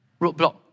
roadblock